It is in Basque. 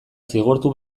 zigortu